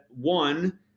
one